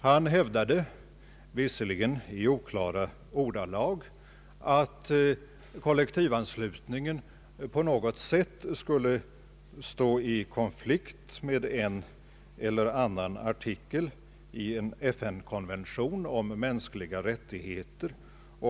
Han hävdade, visserligen i oklara ordalag, att kollektivanslutningen på något sätt skulle stå i konflikt med en eller annan artikel i en FN-konvention om mänskliga rättigheter.